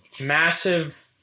massive